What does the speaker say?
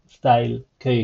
,